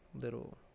little